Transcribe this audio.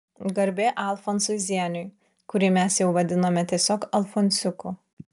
garbė alfonsui zieniui kurį mes jau vadinome tiesiog alfonsiuku